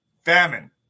Famine